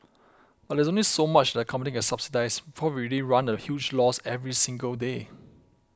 but there's only so much that the company can subsidise before we really run a huge loss every single day